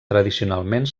tradicionalment